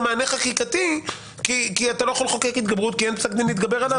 מענה חקיקתי כי אתה לא יכול לחוקק התגברות כי אין פסק דין להתגבר עליו.